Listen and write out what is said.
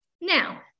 Now